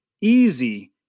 easy